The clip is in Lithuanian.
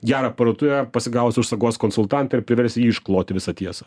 gerą parduotuvę pasigausi už saugos konsultantą ir priversi jį iškloti visą tiesą